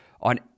on